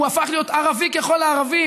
הוא הפך להיות ערבי ככל הערבים,